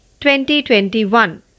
2021